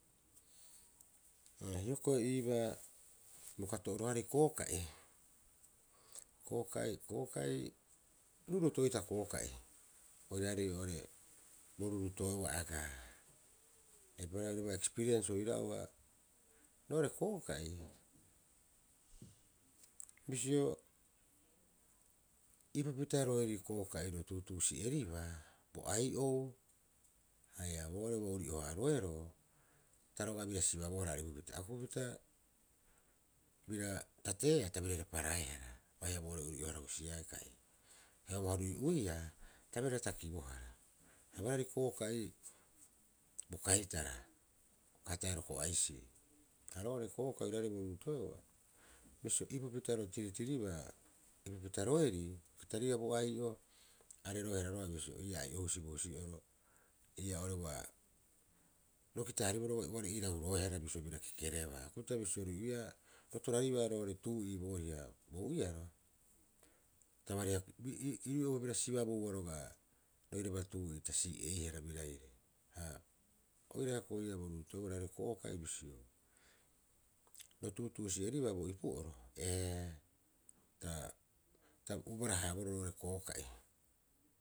Hioko'i iibaa bo kato'oroarei kooka'i. Kooka'i ruuruuto'e'ita kooka'i oiraarei bo ruuruutoe'oa agaa. Eipaareha oiraba ekspiriens oira'oa roo'ore kooka'i bisio upitaroeri kooka'i ro tuutuusi'eribaa bo ai'ou haia boo'ore ua uri'o haaroeroo ta roga'a bira sibabohara. Ua aripupita. A kukupita bira tateea ta biraire paraehara baiha boo'oro urii'o- harahusiae kai heuaha rui'uia ta birare takibohara. Ha barari kooka'i bo kaitara uka ata'e roko'aisii ha roo'ore kooka'i oiraarei bo ruuruuto'e'oa, bisio ipupita ro tiritiribaa ipupita roerii ro kitaribaa bo ai'o, are roehara roga'a bisio ori ii'aa ai'ohusi bo husi'ua. Ori ii'aa oo'ore ua ro kita- haariboroo bo ai'o uare irauroehara bisio bira Kekekrebaa. A kukupita bisio rui'uia, ro toraribaa roo'ore tuu'ii booriha bo ou'iaro ta baariha iru- iru- irue'uuha bira sibabouba roga'a roiraba tuu'ii ta sireiehara biraire. Ha oira hiokoi ii'aa bo bo ruuruutoe'oa roiraarei kooka'i, bisio ro tuutuusi'eribaa bo ipu'oro ee ta- ta uka ubara- haaboroo roo'ore kooka'i.